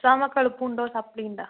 എക്സാമൊക്കെ എളുപ്പമുണ്ടോ സപ്ലീയുണ്ടോ